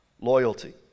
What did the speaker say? loyalty